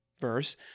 verse